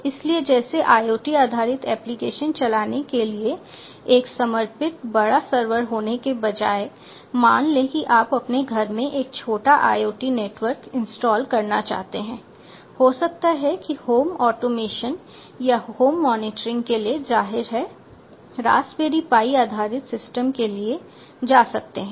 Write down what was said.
इसलिए जैसे IOT आधारित एप्लिकेशन चलाने के लिए एक समर्पित बड़ा सर्वर होने के बजाय मान लें कि आप अपने घर में एक छोटा IOT नेटवर्क इंस्टॉल करना चाहते हैं हो सकता है कि होम ऑटोमेशन या होम मॉनिटरिंग के लिए जाहिर है रास्पबेरी पाई आधारित सिस्टम के लिए जा सकते हैं